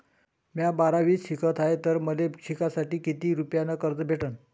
म्या बारावीत शिकत हाय तर मले शिकासाठी किती रुपयान कर्ज भेटन?